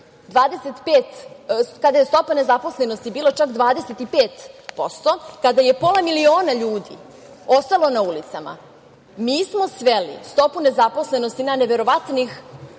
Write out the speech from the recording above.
kada je stopa nezaposlenosti bila čak 25%, kada je pola miliona ljudi ostalo na ulicama, mi smo sveli stopu nezaposlenosti na neverovatnih